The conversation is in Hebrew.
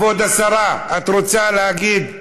כבוד השרה, את רוצה להגיב?